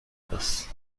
است